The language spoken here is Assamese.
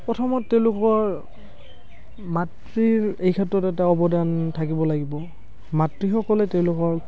প্ৰথমত তেওঁলোকৰ মাতৃৰ এই ক্ষেত্ৰত এটা অৱদান থাকিব লাগিব মাতৃসকলে তেওঁলোকৰ